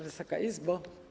Wysoka Izbo!